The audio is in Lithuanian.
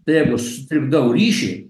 tai jeugu aš sutrikdau ryšį